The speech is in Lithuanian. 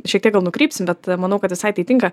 šiek tiek gal nukrypsim bet manau kad visai tai tinka